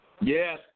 Yes